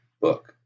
book